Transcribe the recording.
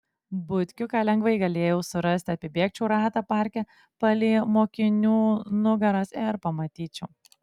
butkiuką lengvai galėjau surasti apibėgčiau ratą parke palei mokinių nugaras ir pamatyčiau